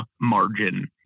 margin